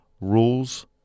rules